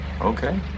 Okay